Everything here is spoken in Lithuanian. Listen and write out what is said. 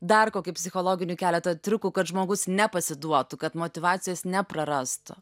dar kokių psichologinių keleta triukų kad žmogus nepasiduotų kad motyvacijos neprarastų